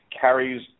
carries